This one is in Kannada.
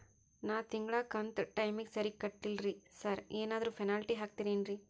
ನಾನು ತಿಂಗ್ಳ ಕಂತ್ ಟೈಮಿಗ್ ಸರಿಗೆ ಕಟ್ಟಿಲ್ರಿ ಸಾರ್ ಏನಾದ್ರು ಪೆನಾಲ್ಟಿ ಹಾಕ್ತಿರೆನ್ರಿ?